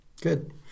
Good